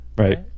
Right